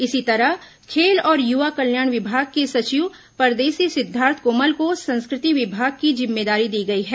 इसी तरह खेल और युवा कल्याण विभाग के सचिव परदेशी सिद्धार्थ कोमल को संस्कृति विभाग की जिम्मेदारी दी गई है